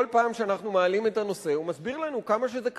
כל פעם שאנחנו מעלים את הנושא הוא מסביר לנו כמה שזה קשה,